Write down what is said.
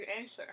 answer